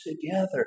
together